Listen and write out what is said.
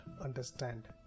understand